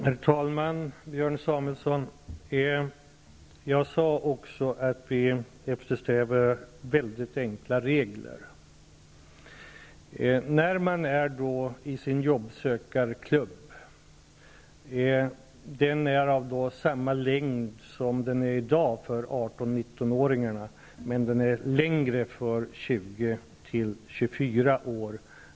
Herr talman! Jag sade också, Björn Samuelson, att vi eftersträvar mycket enkla regler. Jobbsökarklubben skall ha samma omfattning för 18--19-åringar som den har i dag, medan den skall ha större omfattning för ungdomar mellan 20 och 24 år.